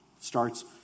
starts